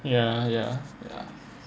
ya ya ya